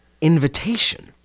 invitation